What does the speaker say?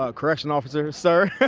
ah correction officer, sir.